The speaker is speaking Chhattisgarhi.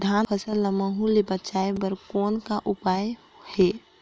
धान फसल ल महू ले बचाय बर कौन का उपाय हे?